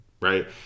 Right